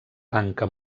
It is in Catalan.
banca